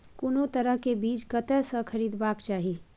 कोनो तरह के बीज कतय स खरीदबाक चाही?